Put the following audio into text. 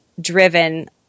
driven